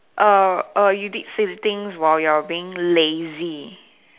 err err you did silly things while you're being lazy